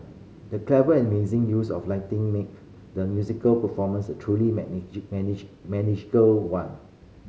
the clever amazing use of lighting make the musical performance a truly one